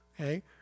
Okay